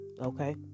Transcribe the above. okay